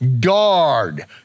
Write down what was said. Guard